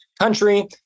country